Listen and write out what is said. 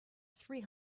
three